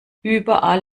überall